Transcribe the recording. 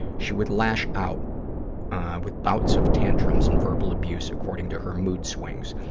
she would lash out with bouts of tantrums and verbal abuse, according to her mood swings.